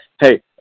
Hey